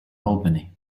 albany